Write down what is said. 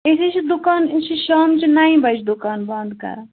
أسۍ حظ چھِ دُکان أسۍ چھِ شامچہِ نَیہِ بَجہِ دُکان بَنٛد کَران